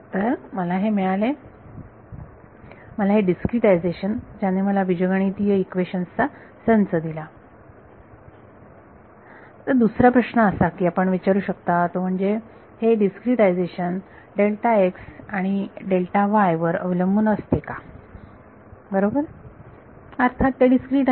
तर मला हे मिळाले मला हे डिस्क्रीटायझेशन ज्याने मला बीजगणितीय इक्वेशन्स चा संच दिला दुसरा प्रश्न असा की आपण विचारू शकता तो म्हणजे हे डिस्क्रीटायझेशन डेल्टा x आणि डेल्टा y वर अवलंबून असते का बरोबर अर्थात ते डिस्क्रीट आहे